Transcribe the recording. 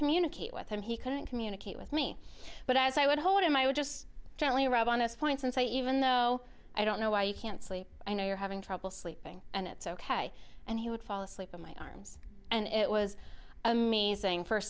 communicate with him he couldn't communicate with me but as i would hold him i would just go only rob on this point since even though i don't know why you can't sleep i know you're having trouble sleeping and it's ok and he would fall asleep in my arms and it was amazing for